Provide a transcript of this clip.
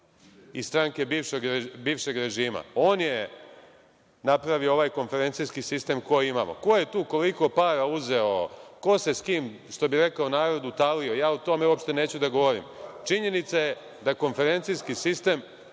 iz stranke bivšeg režima. On je napravio ovaj konferencijski sistem koji imamo. Ko je tu, koliko para uzeo, ko se s kim, što bi rekao narod utalio, ja o tome uopšte neću da govorim. Činjenica je da konferencijski sistem